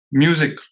music